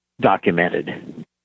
documented